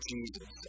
Jesus